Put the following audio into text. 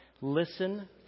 Listen